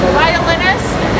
violinist